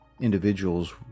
individuals